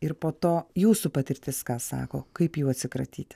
ir po to jūsų patirtis ką sako kaip jų atsikratyti